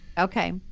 Okay